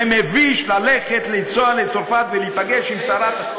זה מביש לנסוע לצרפת ולהיפגש עם שרת,